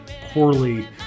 poorly